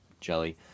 jelly